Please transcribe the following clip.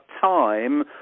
time